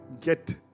get